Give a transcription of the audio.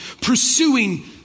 pursuing